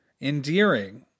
endearing